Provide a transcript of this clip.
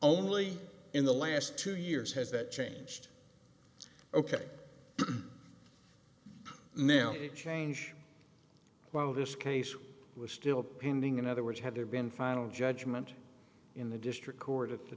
only in the last two years has that changed ok now the change while this case was still pending in other words had there been final judgment in the district court at the